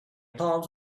palms